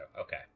okay